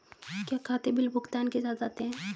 क्या खाते बिल भुगतान के साथ आते हैं?